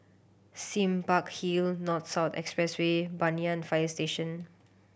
Sime Park Hill North South Expressway Banyan Fire Station